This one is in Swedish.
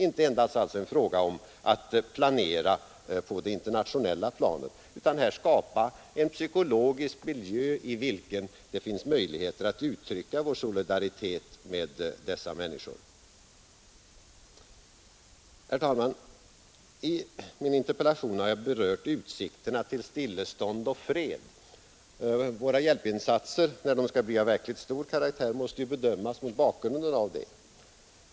Det är alltså inte endast en fråga om att planera på det internationella planet utan om att här skapa en psykologisk miljö i det finns möjligheter att uttrycka vår solidaritet med d människor. Herr talman! I min interpellation har jag berört utsikterna till stillestånd och fred, och när våra hjälpinsatser skall bli av verkligt stor karaktär måste de bedömas mot den bakgrunden.